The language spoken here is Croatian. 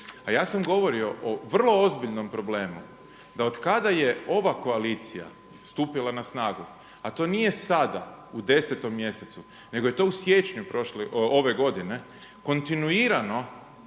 A ja sam govorio o vrlo ozbiljnom problemu, da od kada je ova koalicija stupila na snagu, a to nije sada u 10. mjesecu nego je to u siječnju ove godine, kontinuirano